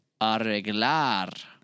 Arreglar